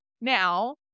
now